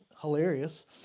Hilarious